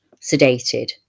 sedated